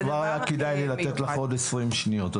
הינה, היה שווה לי לתת לך עוד 20 שניות.